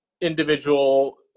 individual